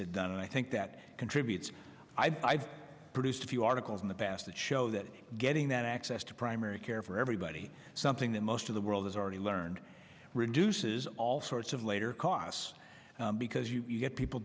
have done and i think that contributes i've produced a few articles in the past that show that getting that access to primary care for everybody something that most of the world has already learned reduces all sorts of later costs because you get people